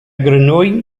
grenouille